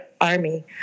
army